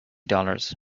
dollars